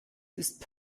ist